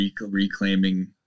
reclaiming